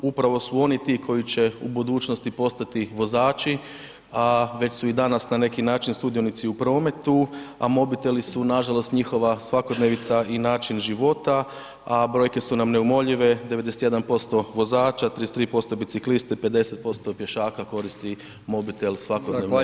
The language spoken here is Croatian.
Upravo su oni ti koji će u budućnosti postati vozači, a već su i danas na neki način sudionici u prometu, a mobiteli su nažalost, njihova svakodnevnica i način života, a brojke su nam neumoljive, 91% vozača, 33% biciklista i 50% pješaka koristi mobitel svakodnevno u prometu.